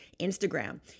Instagram